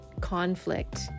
conflict